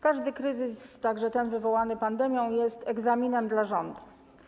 Każdy kryzys, także ten wywołany pandemią, jest egzaminem dla rządu.